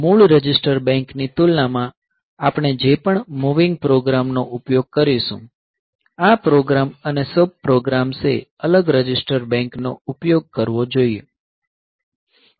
મૂળ રજિસ્ટર બેંકની તુલનામાં આપણે જે પણ મૂવિંગ પ્રોગ્રામનો ઉપયોગ કરીશું આ પ્રોગ્રામ અને સબ પ્રોગ્રામ્સે અલગ રજિસ્ટર બેંકનો ઉપયોગ કરવો જોઈએ